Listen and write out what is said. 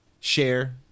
share